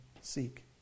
seek